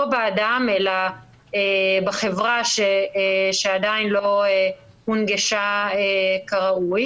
באדם אלא בחברה שעדיין לא הונגשה כראוי.